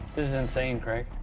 is insane, craig.